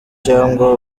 cyangwa